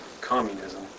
communism